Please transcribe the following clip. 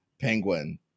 penguin